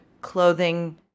clothing